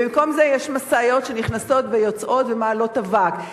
ובמקום זה יש משאיות שנכנסות ויוצאות ומעלות אבק.